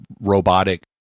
robotic